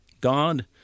God